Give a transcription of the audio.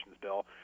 bill